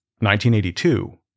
1982